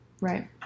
Right